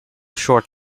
short